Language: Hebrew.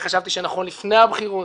חשבתי שנכון לפני הבחירות.